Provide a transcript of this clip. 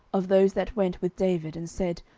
of those that went with david, and said,